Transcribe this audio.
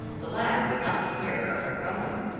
the latter would not hear of her going.